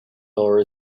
mower